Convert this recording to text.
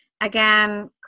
again